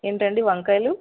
ఏంటి అండి వంకాయలు